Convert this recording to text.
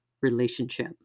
relationship